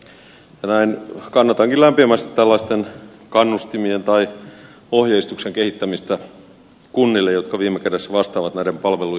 ja näin kannatankin lämpimästi tällaisten kannustimien tai ohjeistuksen kehittämistä kunnille jotka viime kädessä vastaavat näiden palvelujen järjestämisestä